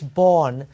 born